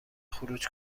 خروج